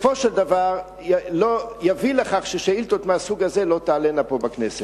בסופו של דבר זה יביא ששאילתות מהסוג הזה לא תעלינה פה בכנסת.